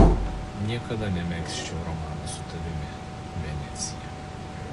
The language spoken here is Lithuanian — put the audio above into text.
niekada nemegzčiau romano su tavimi venecija